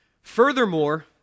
Furthermore